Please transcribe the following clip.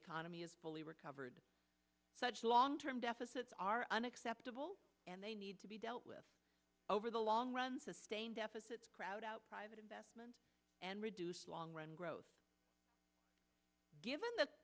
economy is fully recovered such long term deficits are unacceptable and they need to be dealt with over the long run sustain deficits crowd out private investment and reduce long run growth given th